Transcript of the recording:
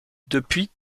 depuis